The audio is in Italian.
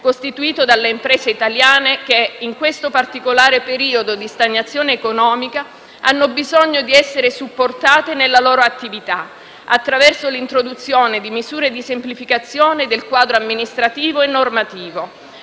costituito dalle imprese italiane che in questo particolare periodo di stagnazione economica hanno bisogno di essere supportate nella loro attività attraverso l'introduzione di misure di semplificazione del quadro amministrativo e normativo.